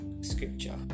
scripture